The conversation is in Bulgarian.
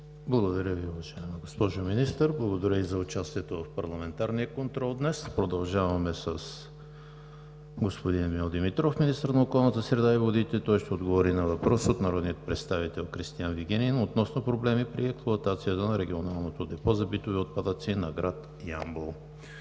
Благодаря Ви, уважаема госпожо Министър. Благодаря и за участието в парламентарния контрол днес. Продължаваме с господин Емил Димитров – министър на околната среда и водите. Той ще отговори на въпрос от народния представител Кристиан Вигенин относно проблеми при експлоатацията на Регионалното депо за битови отпадъци на град Ямбол.